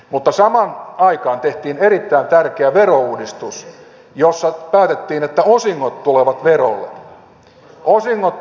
mutta samaan aikaan tehtiin erittäin tärkeä verouudistus jossa päätettiin että osingot tulevat verolle osingot tulevat verolle